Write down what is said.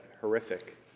horrific